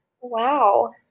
Wow